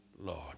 Lord